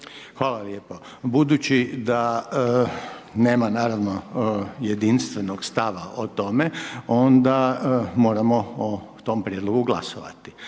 Hvala lijepo. Budući da nema naravno jedinstvenog stava o tome, onda moramo o tome prijedlogu glasovati.